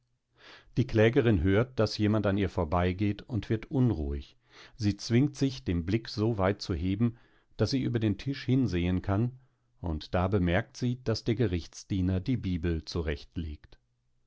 die klägerin hört daß jemand an ihr vorbeigeht und wird unruhig sie zwingt sich den blick so weit zu heben daß sie über den tisch hinsehen kann und da bemerkt sie daß der gerichtsdiener die bibel zurechtlegt